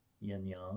yin-yang